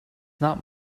not